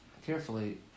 carefully